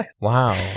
Wow